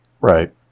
Right